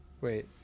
Wait